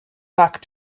back